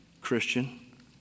Christian